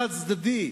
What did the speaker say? חד-צדדי.